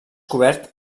cobert